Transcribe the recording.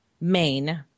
main